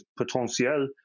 Potentielle